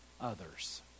others